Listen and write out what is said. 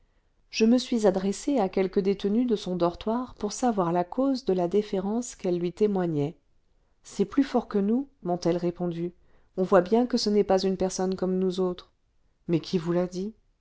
je me suis adressée à quelques détenues de son dortoir pour savoir la cause de la déférence qu'elles lui témoignaient c'est plus fort que nous m'ont-elles répondu on voit bien que ce n'est pas une personne comme nous autres mais qui vous l'a dit